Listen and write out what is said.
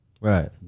Right